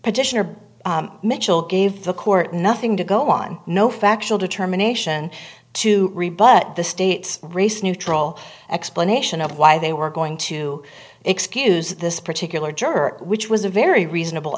petitioner mitchell gave the court nothing to go on no factual determination to rebut the state's race neutral explanation of why they were going to excuse this particular juror which was a very reasonable